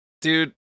Dude